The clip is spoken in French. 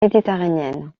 méditerranéenne